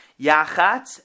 Yachatz